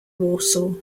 warsaw